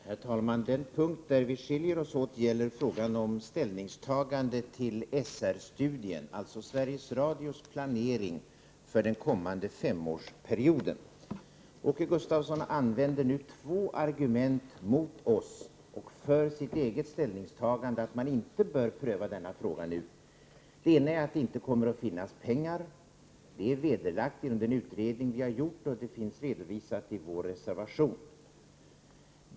Herr talman! Vi skiljer oss åt i vårt ställningstagande till SR-studien, alltså Sveriges Radios planering för den kommande femårsperioden. Åke Gustavsson använde två argument mot oss och för sitt eget ställningstagande, att man inte nu bör pröva denna fråga. Det ena var att det inte kommer att finnas pengar. Det är vederlagt genom den utredning utskottet har gjort, och det finns redovisat i vår reservation.